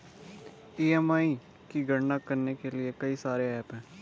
EMI की गणना करने के लिए कई सारे एप्प हैं